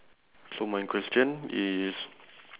so my question is